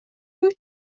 wyt